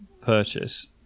purchase